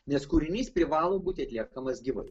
nes kūrinys privalo būti atliekamas gyvai